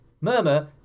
Murmur